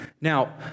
Now